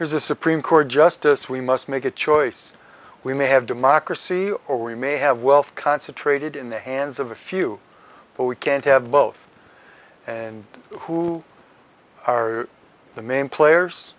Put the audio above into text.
here's a supreme court justice we must make a choice we may have democracy or we may have wealth concentrated in the hands of a few but we can't have both and who are the main players